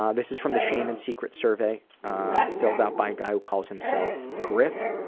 um this is from the shame and secrets survey filled out by a guy who calls himself griff.